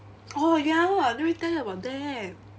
oh ya let me tell you about that